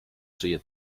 czyje